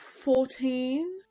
Fourteen